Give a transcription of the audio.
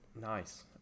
Nice